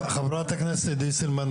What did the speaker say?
חברת הכנסת סילמן,